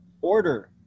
order